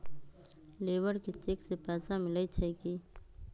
Labour के cheque से पैसा मिलई छई कि?